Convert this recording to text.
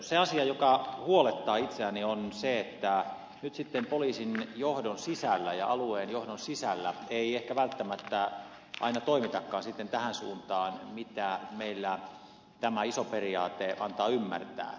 se asia joka huolettaa itseäni on se että nyt sitten poliisin johdon sisällä ja alueen johdon sisällä ei ehkä välttämättä aina toimitakaan tähän suuntaan mitä meillä tämä iso periaate antaa ymmärtää